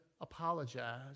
apologize